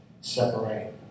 separate